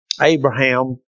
Abraham